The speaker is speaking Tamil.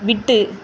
விட்டு